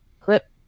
Clip